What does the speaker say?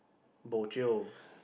bo jio